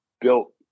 built